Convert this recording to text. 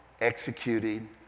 executing